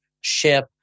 ship